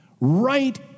Right